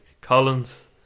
Collins